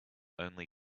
only